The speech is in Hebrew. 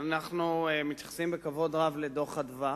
אנחנו מתייחסים בכבוד רב לדוח "מרכז אדוה".